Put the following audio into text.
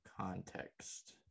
context